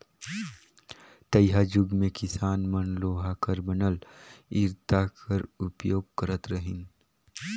तइहाजुग मे किसान मन लोहा कर बनल इरता कर उपियोग करत रहिन